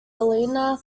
elena